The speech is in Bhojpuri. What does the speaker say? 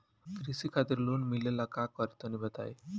कृषि खातिर लोन मिले ला का करि तनि बताई?